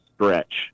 stretch